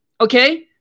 okay